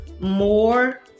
more